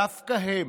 דווקא הם,